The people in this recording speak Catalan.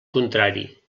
contrari